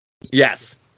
Yes